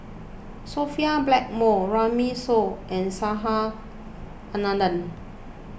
Sophia Blackmore Runme Shaw and Subhas Anandan